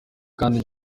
kandi